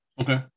Okay